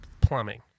plumbing